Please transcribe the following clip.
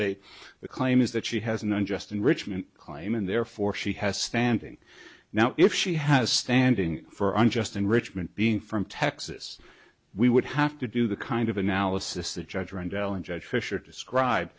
state the claim is that she has an unjust enrichment claim and therefore she has standing now if she has standing for unjust enrichment being from texas we would have to do the kind of analysis that judge rendell and judge fisher describe